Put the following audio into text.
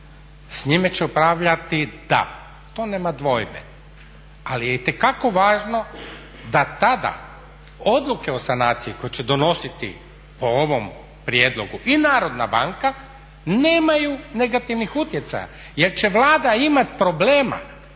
s njime će upravljati DAB to nema dvojbe, ali je itekako važno da tada odluke o sanaciji koje će donositi po ovom prijedlogu i Narodna banka nemaju negativnih utjecaja jer će Vlada imati problema